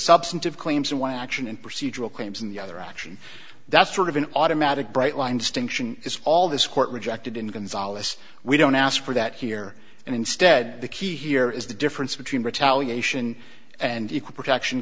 substantive claims and one action and procedural claims and the other action that's sort of an automatic bright line distinction is all this court rejected in gonzales we don't ask for that here and instead the key here is the difference between retaliation and equal protection